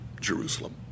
Jerusalem